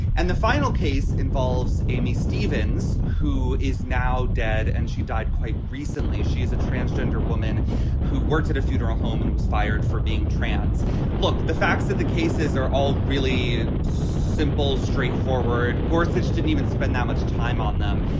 and the final case involves amy stevens, who is now dead, and she died quite recently. she is a transgender woman who works at a funeral home and was fired for being trans look, the facts of the cases are all really simple. straightforward courses didn't even spend that much time on them.